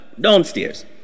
downstairs